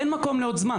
אין מקום לעוד זמן.